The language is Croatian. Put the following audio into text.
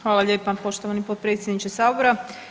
Hvala lijepa poštovani potpredsjedniče Sabora.